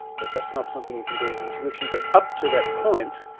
but that's not something you can do with intuition. but up to that point,